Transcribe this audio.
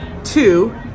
Two